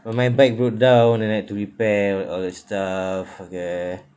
when my bike broke down and had to repair all that stuff okay